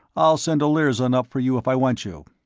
i'll send olirzon up for you if i want you.